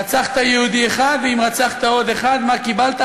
רצחת יהודי אחד, ואם רצחת עוד אחד מה קיבלת?